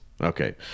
Okay